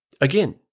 again